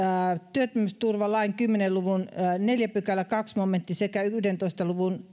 työttömyysturvalain kymmenen luvun neljännen pykälän toinen momentti sekä yhdentoista luvun